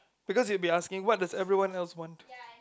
because you will be asking what does everyone else want